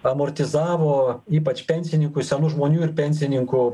amortizavo ypač pensininkų senų žmonių ir pensininkų